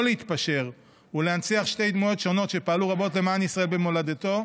לא להתפשר ולהנציח שתי דמויות שונות שפעלו רבות למען עם ישראל במולדתו?